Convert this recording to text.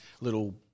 little